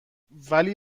ولی